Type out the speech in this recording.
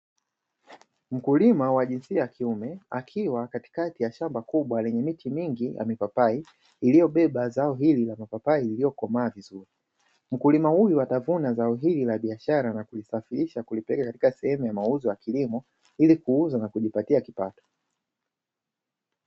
Mkulima wa jinsia ya kiume, akiwa katikati ya shamba kubwa lenye miti mingi ya mipapai, iliyobebea zao hili la mapapa iliiyokomaa vizuri. Mkulima huyo atavuna zao hili la biashara na kulisafirisha kulipeleka sehemu ya mauzo, ili kuuza na kujipatia kiapato.